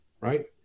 right